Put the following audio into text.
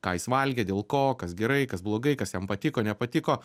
ką jis valgė dėl ko kas gerai kas blogai kas jam patiko nepatiko